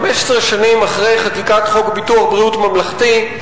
15 שנים אחרי חקיקת חוק ביטוח בריאות ממלכתי,